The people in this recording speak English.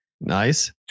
Nice